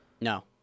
No